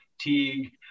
Teague